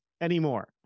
anymore